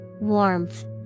Warmth